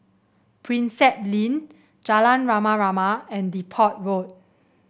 Prinsep Link Jalan Rama Rama and Depot Road